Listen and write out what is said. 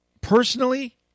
Personally